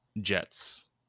Jets